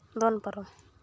ᱫᱚᱱ ᱯᱟᱨᱚᱢ